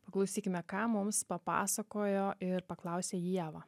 paklausykime ką mums papasakojo ir paklausė ieva